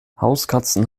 hauskatzen